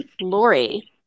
Lori